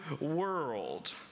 world